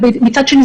מצד שני,